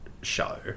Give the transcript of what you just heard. show